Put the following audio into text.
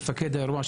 של מפקד האירוע,